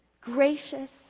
gracious